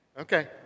Okay